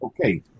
okay